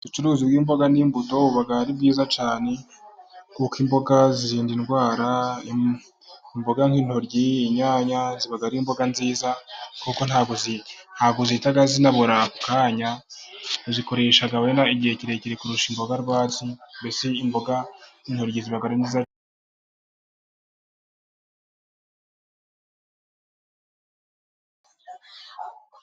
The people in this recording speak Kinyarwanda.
Ubucuruzi bw'imboga n'imbuto buba ari bwiza cyane, kuko imboga zirinda ndwara, imboga nk'intoryi, inyanya ziba ari imboga nziza, kuko ntabwo zihita zinabora ako kanya, zikoresha wenda igihe kirekire kurusha imboga rwatsi, mbese imboga intoryi ziba ari nziza.